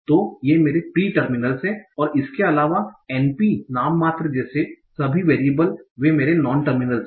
तो ये मेरे प्री टर्मिनल्स हैं और इसके अलावा NP नाममात्र जैसे सभी वेरीएबल वे मेरे नॉन टर्मिनल्स हैं